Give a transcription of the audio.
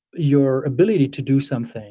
your ability to do something